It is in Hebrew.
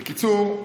בקיצור,